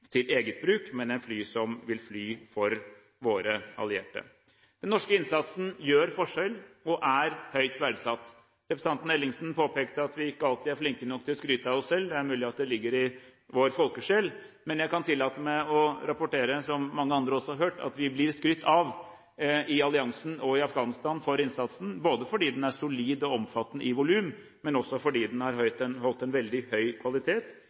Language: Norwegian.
til eget bruk, men et fly som vil fly for våre allierte. Den norske innsatsen gjør forskjell og er høyt verdsatt. Representanten Ellingsen påpekte at vi ikke alltid er flinke nok til å skryte av oss selv. Det er mulig det ligger i vår folkesjel. Men jeg kan tillate meg å rapportere om, som mange andre også har hørt, at vi blir skrytt av i alliansen og i Afghanistan for innsatsen fordi den både er solid og omfattende i volum, men også fordi den har holdt en veldig høy kvalitet.